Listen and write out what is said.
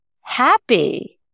happy